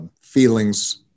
feelings